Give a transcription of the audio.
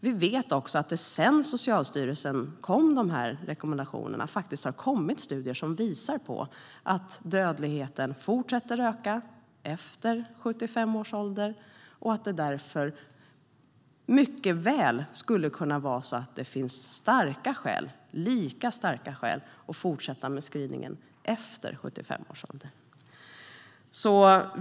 Vi vet också att det sedan Socialstyrelsen kom med de här rekommendationerna har kommit studier som faktiskt visar på att dödligheten fortsätter att öka efter 75 års ålder och att det därför mycket väl skulle kunna finnas lika starka skäl att fortsätta med screeningen efter 75 års ålder.